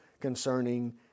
concerning